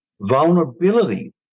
Vulnerability